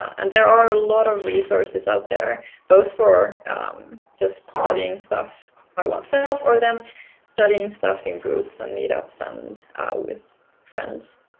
and there are a lot of resources out there both for just studying stuff by one's itself, or then studying stuff in groups, and meet-ups, and with friends.